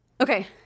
Okay